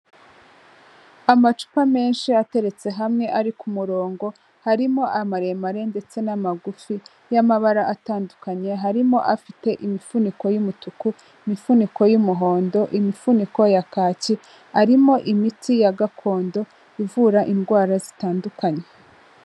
Amacupa menshi ateretse hamwe ari ku murongo harimo amaremare ndetse n'amagufi y'amabara atandukanye, harimo afite imifuniko y'umutuku, imifuniko y'umuhondo, imifuniko ya kaki arimo imiti ya gakondo ivura indwara zitandukanye.